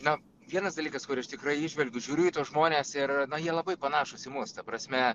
na vienas dalykas kurį aš tikrai įžvelgiu žiūriu į tuos žmones ir na jie labai panašūs į mus ta prasme